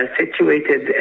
situated